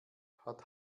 hat